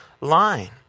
line